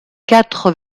quatre